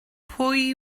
pwy